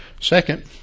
Second